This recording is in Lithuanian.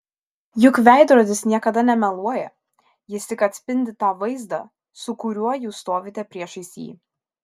juk veidrodis niekada nemeluoja jis tik atspindi tą vaizdą su kuriuo jūs stovite priešais jį